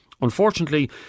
Unfortunately